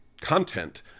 content